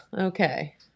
okay